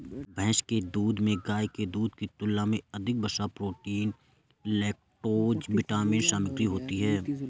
भैंस के दूध में गाय के दूध की तुलना में अधिक वसा, प्रोटीन, लैक्टोज विटामिन सामग्री होती है